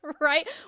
Right